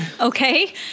Okay